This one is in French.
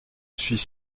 suis